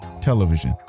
television